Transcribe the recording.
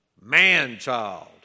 man-child